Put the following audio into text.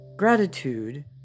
gratitude